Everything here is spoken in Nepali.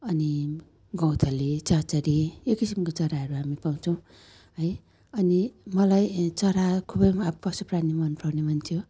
अनि गौँथली चाँचरी यो किसिमको चराहरू हामी पाउँछौँ है अनि मलाई चरा खुबैमा पशुप्राणी मनपर्ने मान्छे हो